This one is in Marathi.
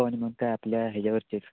तो आणि मग काय आपल्या ह्याच्यावरतीच